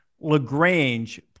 LaGrange